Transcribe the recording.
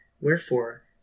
Wherefore